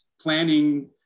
planning